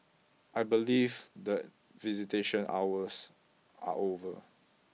I believe the visitation hours are over